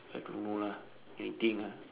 I don't know lah anything lah